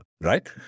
right